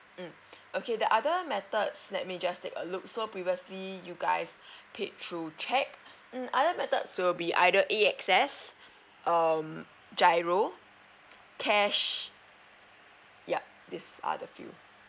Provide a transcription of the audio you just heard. mm okay the other methods let me just take a look so previously you guys paid through cheque mm then other methods will be either a access um giro cash yup these are the few